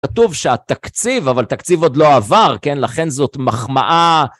כתוב שהתקציב, אבל תקציב עוד לא עבר, לכן זאת מחמאה...